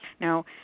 Now